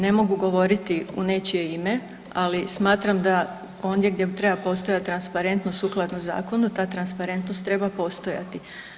Ne mogu govoriti u nečije ime, ali smatram da ondje gdje treba postojati transparentnost sukladno zakonu ta transparentnost treba postojati.